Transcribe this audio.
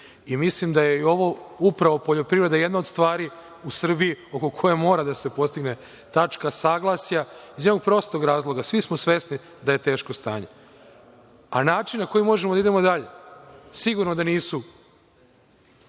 Mislim da je upravo poljoprivreda jedna od stvari u Srbiji oko koje mora da se postigne tačka saglasja iz jednog prostog razloga. Svi smo svesni da je teško stanje, a način na koji možemo da idemo dalje, sigurno da nisu